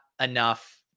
enough